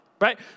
right